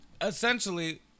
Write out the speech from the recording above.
essentially